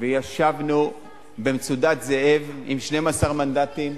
וישבנו ב"מצודת זאב" עם 12 מנדטים,